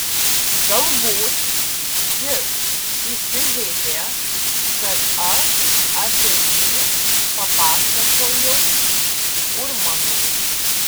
galbūt jis įsižeidė kad aš apie jį papasakojau urmanui